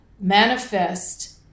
manifest